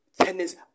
tennis